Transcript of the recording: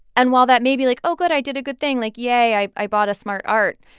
and while that may be, like, oh, good, i did a good thing. like, yay, i i bought a smart art.